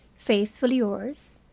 faithfully yours,